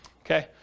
Okay